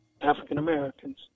African-Americans